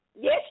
Yes